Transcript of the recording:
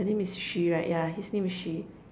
her name is Shi right yeah his name is Shi